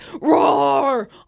roar